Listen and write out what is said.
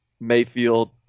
Mayfield